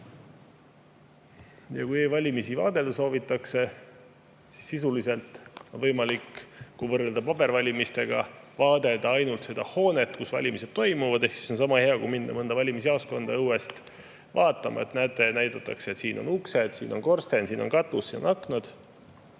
Kui e‑valimisi vaadelda soovitakse, siis sisuliselt on võimalik, kui võrrelda pabervalimistega, vaadelda ainult seda hoonet, kus valimised toimuvad. Ehk see on sama hea kui minna mõnda valimisjaoskonda õuest vaatama, näidatakse, et siin on uksed, siin on korsten, siin on katus, siin on aknad.